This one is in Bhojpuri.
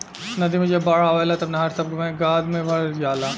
नदी मे जब बाढ़ आवेला तब नहर सभ मे गाद भर जाला